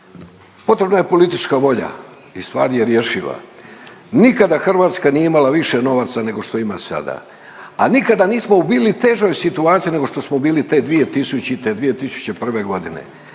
Potrebna je politička volja i stvar je rješiva. Nikada Hrvatska nije imala više novaca nego što ima sada, a nikada nismo bili u težoj situaciji nego što smo bili te 2000., 2001.g.,